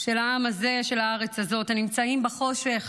של העם הזה, של הארץ הזאת, הנמצאים בחושך